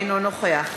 אינו נוכח